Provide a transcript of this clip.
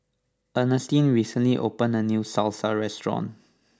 Earnestine recently opened a new Salsa restaurant